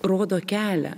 rodo kelią